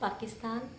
Pakistan